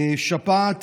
שפעת